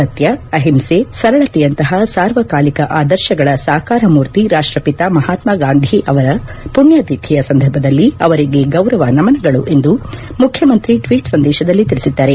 ಸತ್ಯ ಅಹಿಂಸೆ ಸರಳತೆಯಂತಹ ಸಾರ್ವಕಾಲಿಕ ಆದರ್ಶಗಳ ಸಾಕಾರಮೂರ್ತಿ ರಾಷ್ಟ್ರಪಿತ ಮಹಾತ್ಮಾ ಗಾಂಧಿ ಅವರ ಪುಣ್ಯತಿಥಿಯ ಸಂದರ್ಭದಲ್ಲಿ ಅವರಿಗೆ ಗೌರವ ನಮನಗಳು ಎಂದು ಮುಖ್ಯಮಂತ್ರಿ ಟ್ವೀಟ್ ಸಂದೇಶದಲ್ಲಿ ತಿಳಿಸಿದ್ದಾರೆ